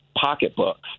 pocketbooks